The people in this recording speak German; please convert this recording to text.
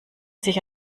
sich